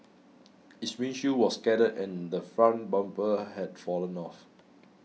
its windshield was shattered and the front bumper had fallen off